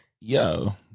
Yo